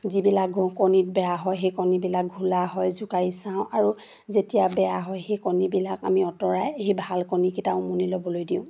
যিবিলাক কণী বেয়া হয় সেই কণীবিলাক ঘোলা হয় জোকাৰি চাওঁ আৰু যেতিয়া বেয়া হয় সেই কণীবিলাক আমি আঁতৰাই সেই ভাল কণীকেইটা উমনি ল'বলৈ দিওঁ